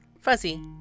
fuzzy